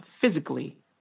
physically